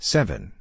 Seven